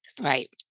right